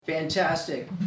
Fantastic